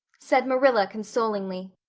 said marilla consolingly.